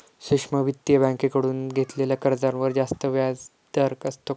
सूक्ष्म वित्तीय बँकेकडून घेतलेल्या कर्जावर जास्त व्याजदर असतो का?